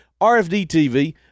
RFDTV